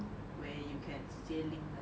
where you can 直接 link 的